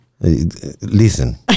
Listen